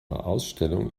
ausstellung